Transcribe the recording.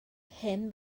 hen